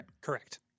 Correct